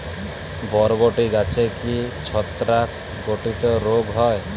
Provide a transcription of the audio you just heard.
বরবটি গাছে কি ছত্রাক ঘটিত রোগ হয়?